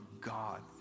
God